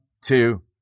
two